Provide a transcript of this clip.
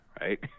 right